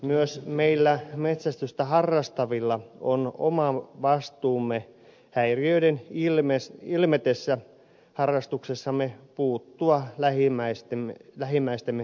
myös meillä metsästystä harrastavilla on oma vastuumme häiriöiden ilmetessä harrastuksessamme puuttua lähimmäistemme turvallisuuteen